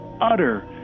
utter